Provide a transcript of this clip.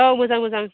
औ मोजां मोजां